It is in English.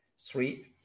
three